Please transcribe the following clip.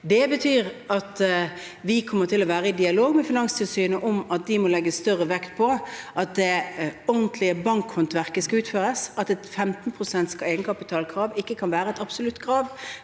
Det betyr at vi kommer til å være i dialog med Finanstilsynet om at de må legge større vekt på hvordan det ordentlige bankhåndverket skal utføres, at et 15 pst.-egenkapitalkrav ikke kan være et absolutt krav.